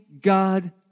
God